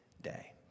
day